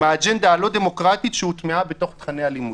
האג'נדה הלא דמוקרטית שהוטמעה בתוך תכני הלימוד.